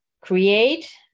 create